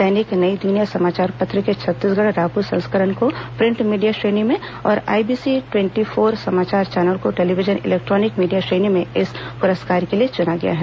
दैनिक नईदुनिया समाचार पत्र के छत्तीसगढ़ रायपूर संस्करण को प्रिंट मीडिया श्रेणी में और आईबीसी ट्वेंटी फोर समाचार चैनल को टेलीविजन इलेक्ट्रॉनिक मीडिया श्रेणी में इस पुरस्कार के लिए चुना गया है